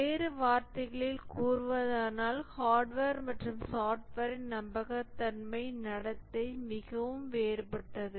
வேறு வார்த்தைகளில் கூறுவதானால் ஹார்ட்வேர் மற்றும் சாப்ட்வேரின் நம்பகத்தன்மை நடத்தை மிகவும் வேறுபட்டது